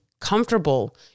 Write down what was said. comfortable